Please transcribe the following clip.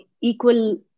equal